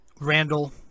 Randall